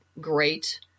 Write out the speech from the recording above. great